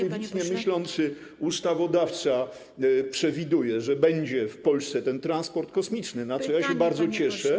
Perspektywicznie myślący ustawodawca przewiduje, że będzie w Polsce ten transport kosmiczny, na co ja się bardzo cieszę.